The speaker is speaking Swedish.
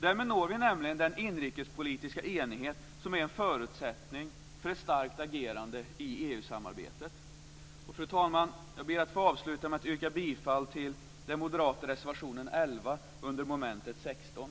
Därmed når vi nämligen den inrikespolitiska enighet som är en förutsättning för ett starkt agerande i EU-samarbetet. Fru talman! Jag ber att få avsluta med att yrka bifall till reservation 11 från moderaterna under mom. 16.